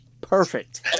perfect